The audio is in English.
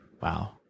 wow